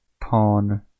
Pawn